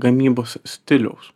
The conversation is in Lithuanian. gamybos stiliaus